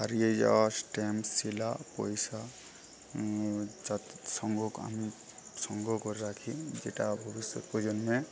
হারিয়ে যাওয়া ষ্ট্যাম্প শিলা পয়সা সংগ্রহ ক আমি সংগ্রহ করে রাখি যেটা ভবিষ্যৎ প্রজন্মে